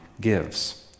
gives